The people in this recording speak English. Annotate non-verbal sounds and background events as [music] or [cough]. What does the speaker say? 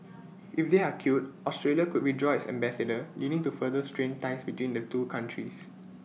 [noise] if they are killed Australia could withdraw its ambassador leading to further strained ties between the two countries